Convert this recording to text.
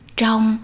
trong